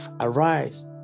arise